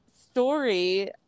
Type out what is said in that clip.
story